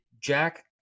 Jack